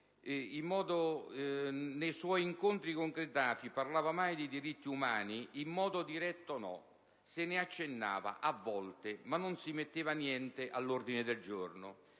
nei suoi incontri con Gheddafi avesse parlato mai di diritti umani, risponde: «In modo diretto, no. Se ne accennava, a volte, ma non si metteva niente all'ordine del giorno...».